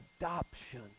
adoption